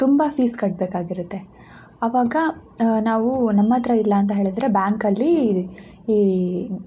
ತುಂಬ ಫೀಸ್ ಕಟ್ಬೇಕಾಗಿರುತ್ತೆ ಆವಾಗ ನಾವು ನಮ್ಮಹತ್ರ ಇಲ್ಲ ಅಂತ ಹೇಳಿದ್ರೆ ಬ್ಯಾಂಕಲ್ಲಿ ಈ